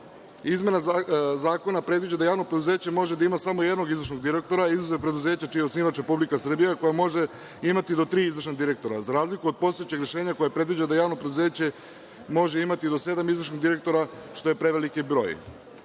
zakona predviđa da javno preduzeće može da ima samo jednog izvršnog direktora, izuzev preduzeća čiji je osnivač Republika Srbija, koja može imati do tri izvršna direktora, za razliku od postojećeg rešenja koje predviđa da javno preduzeće može imati do sedam izvršnih direktora, što je preveliki